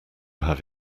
have